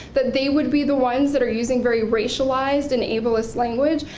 that they would be the ones that are using very racialized and ableist language,